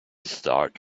start